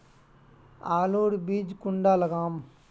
आलूर बीज कुंडा लगाम?